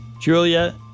Julia